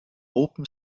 open